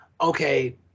okay